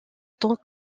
tant